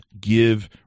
give